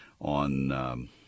on